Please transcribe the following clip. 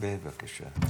במסגרת --- בבקשה.